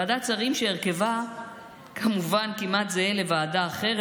ועדת שרים שהרכבה כמובן כמעט זהה לוועדה אחרת,